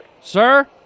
Sir